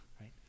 right